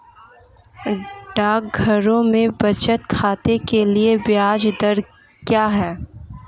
डाकघरों में बचत खाते के लिए ब्याज दर क्या है?